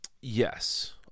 Yes